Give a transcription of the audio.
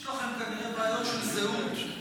יש לכם כנראה בעיות של זהות.